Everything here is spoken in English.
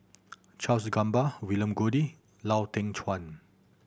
Charles Gamba William Goode Lau Teng Chuan